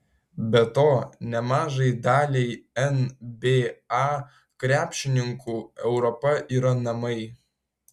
be to nemažai daliai nba krepšininkų europa yra namai